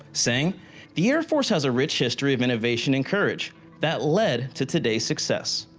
saying the air force has a rich history of innovation and courage that led to today's success.